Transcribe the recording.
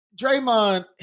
Draymond